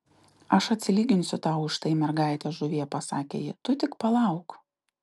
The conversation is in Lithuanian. aš atsilyginsiu tau už tai mergaite žuvie pasakė ji tu tik palauk